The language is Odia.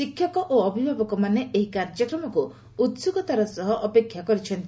ଶିକ୍ଷକ ଓ ଅଭିଭାବକମାନେ ଏହି କାର୍ଯ୍ୟକ୍ରମକୁ ଉତ୍ସୁକତାର ସହ ଅପେକ୍ଷା କରିଛନ୍ତି